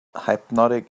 hypnotic